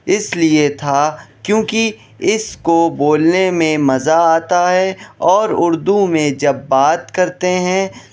اس لیے تھا کیوںکہ اس کو بولنے میں مزہ آتا ہے اور اردو میں جب بات کرتے ہیں